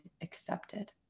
accepted